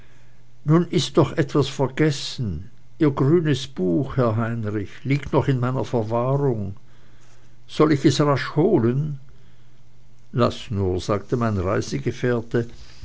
nun ist doch etwas vergessen ihr grünes buch herr heinrich liegt noch in meiner verwahrung soll ich es rasch holen laß nur sagte mein reisegefährte